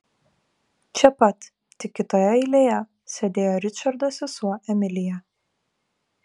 čia pat tik kitoje eilėje sėdėjo ričardo sesuo emilija